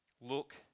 Look